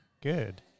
Good